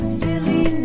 silly